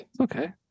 okay